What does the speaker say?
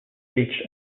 reached